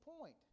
point